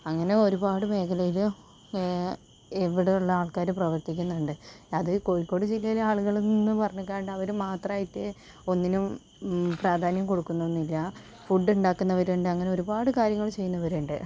അങ്ങനെ ഒരുപാടു മേഖലയിൽ ഇവിടെയുള്ള ആൾക്കാർ പ്രവർത്തിക്കുന്നുണ്ട് അത് കോഴിക്കോട് ജില്ലയിലെ ആളുകൾ എന്നു പറഞ്ഞിക്കാണ്ട് അവർ മാത്രമായിട്ട് ഒന്നിനും പ്രാധാന്യം കൊടുക്കുന്നൊന്നും ഇല്ല ഫുഡ് ഉണ്ടാക്കുന്നവരുണ്ട് അങ്ങനെ ഒരുപാടു കാര്യങ്ങൾ ചെയ്യുന്നവരുണ്ട്